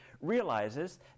realizes